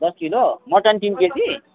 दस kilo mutton तिन KG